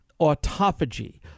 autophagy